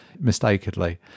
mistakenly